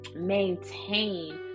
maintain